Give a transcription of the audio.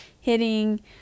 hitting